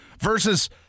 Versus